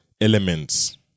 elements